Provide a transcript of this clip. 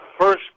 first